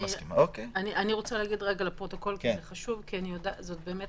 אני רוצה להגיד לפרוטוקול, זאת באמת